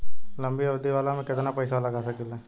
लंबी अवधि वाला में केतना पइसा लगा सकिले?